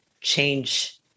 change